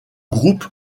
groupe